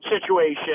situation